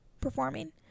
performing